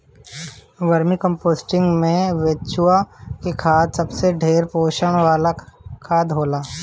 vermi composting में केचुआ के खाद सबसे ढेर पोषण वाला खाद होला